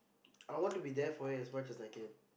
I want to be there for you as much as I can